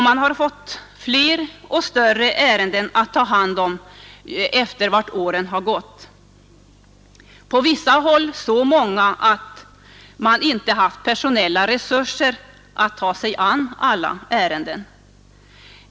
Man har fått fler och större ärenden att handlägga, allteftersom åren gått, på vissa håll så många att man inte haft personella resurser att ta sig an alla ärenden.